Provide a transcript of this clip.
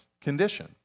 condition